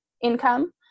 income